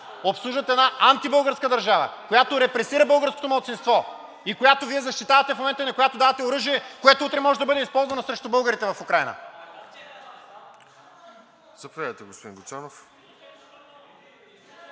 Обслужват една антибългарска държава, която репресира българското малцинство и която Вие защитавате в момента и на която давате оръжие, което утре може да бъде използвано срещу българите в Украйна.